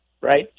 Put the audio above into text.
right